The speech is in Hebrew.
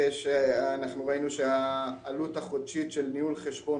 ראינו שהעלות החודשית של ניהול חשבון